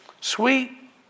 sweet